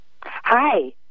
Hi